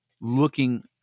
looking